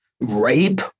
rape